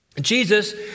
Jesus